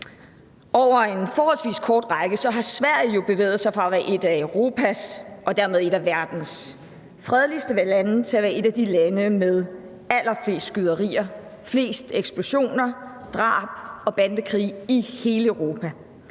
Over en forholdsvis kort årrække har Sverige bevæget sig fra at være et af Europas og dermed et af verdens fredeligste lande til at være et af de lande med allerflest skyderier, flest eksplosioner, drab og bandekrige i hele Europa.